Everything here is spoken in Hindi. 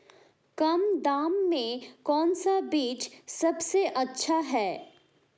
कम दाम में कौन सा बीज सबसे अच्छा है?